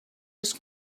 les